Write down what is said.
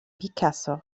بيكاسو